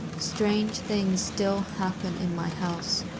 strange things still happen in my house.